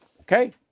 Okay